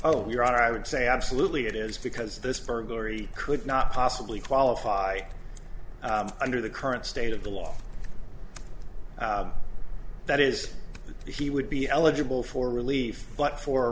honor i would say absolutely it is because this burglary could not possibly qualify under the current state of the law that is he would be eligible for relief but for